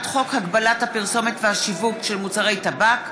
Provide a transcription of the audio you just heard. חוק הגבלת הפרסומת והשיווק של מוצרי טבק (תיקון,